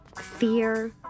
Fear